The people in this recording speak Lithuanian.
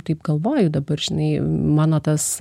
taip galvoju dabar žinai mano tas